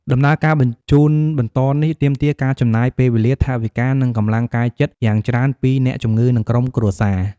ដំណើរការបញ្ជូនបន្តនេះ ទាមទារការចំណាយពេលវេលា ថវិកា និងកម្លាំងកាយចិត្តយ៉ាងច្រើនពីអ្នកជំងឺ និងក្រុមគ្រួសារ។